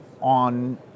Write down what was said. on